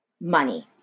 money